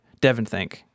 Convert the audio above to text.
Devonthink